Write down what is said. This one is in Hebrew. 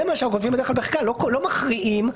לא מכריעים.